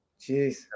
Jeez